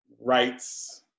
rights